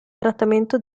trattamento